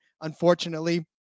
unfortunately